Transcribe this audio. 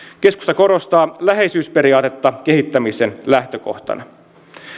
keskusta korostaa läheisyysperiaatetta kehittämisen lähtökohtana